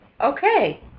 Okay